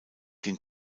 den